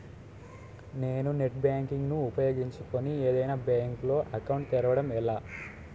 నేను net banking ను ఉపయోగించుకుని ఏదైనా బ్యాంక్ లో అకౌంట్ తెరవడం ఎలా?